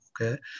Okay